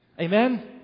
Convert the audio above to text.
Amen